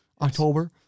October